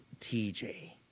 TJ